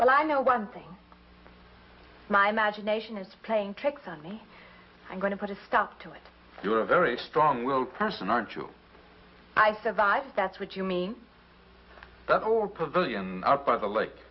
well i know one thing my imagination is playing tricks on me i'm going to put a stop to it you're a very strong willed person aren't you i survive that's what you mean that or pavilion by the lake